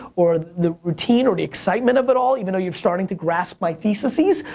or the routine, or the excitement of it all, even though you've starting to grasp my thesises,